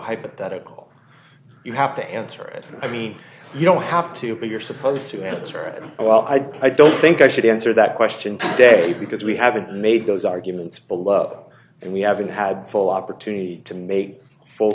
hypothetical you have to answer it i mean you don't have to be you're supposed to answer and well i i don't think i should answer that question today because we haven't made those arguments below and we haven't had full opportunity to make f